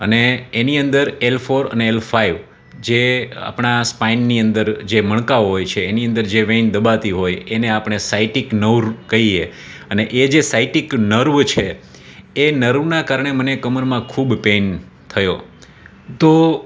અને એની અંદર એલ ફોર અને એલ ફાઇવ જે આપણા સ્પાઇનની અંદર જે મણકાઓ હોય છે એની અંદર જે વેઇન દબાતી હોય એને આપણે સાઈટિક નઉર્વ કહીએ અને એ જે સાઈટિક નર્વ છે એ નર્વનાં કારણે મને કમરમાં ખૂબ પેઈન થયો હતો